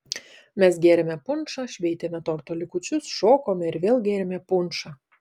mes gėrėme punšą šveitėme torto likučius šokome ir vėl gėrėme punšą